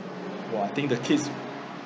!wah! I think the kids